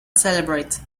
celebrate